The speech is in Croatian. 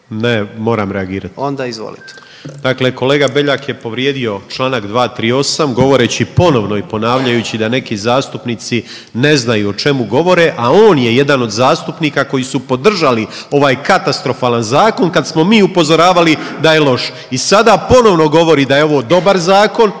Ne, moram reagirati.